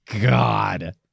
God